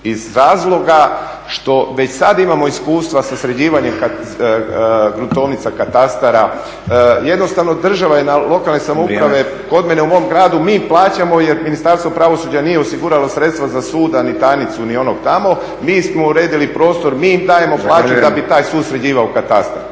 iz razloga što već sad imamo iskustva sa sređivanjem gruntovnica, katastara, jednostavno država je na lokalne samouprave, kod mene u mom gradu mi plaćamo jer Ministarstvo pravosuđa nije osiguralo sredstva za sud, a ni tajnicu ni onog tamo. Mi smo uredili prostor, mi im dajemo plaću da bi taj sud sređivao katastar,